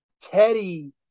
Teddy